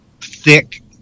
thick